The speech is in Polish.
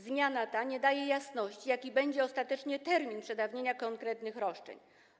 Zmiana ta nie daje jasności, jaki będzie ostatecznie termin przedawnienia konkretnych roszczeń.